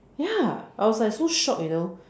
ya I was like so shock you know